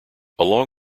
along